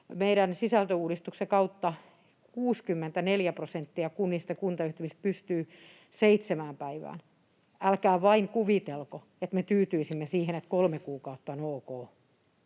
Meidän sisältöuudistuksen kautta 64 prosenttia kunnista ja kuntayhtymistä pystyy seitsemään päivään. Älkää vain kuvitelko, että me tyytyisimme siihen, että kolme kuukautta on ok.